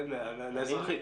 לאזרחים.